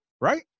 right